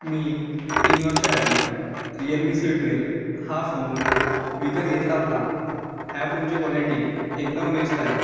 मी तीन वर्षाआधी Realme C twelve हा फोन विकत घेतला होता ह्या फोनची काॅलिटी एकदम बेस्ट आहे